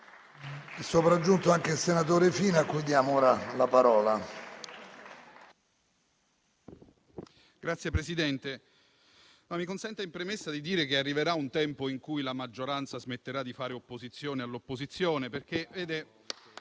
Signor Presidente, mi consenta in premessa di dire che arriverà un tempo in cui la maggioranza smetterà di fare opposizione all'opposizione.